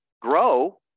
grow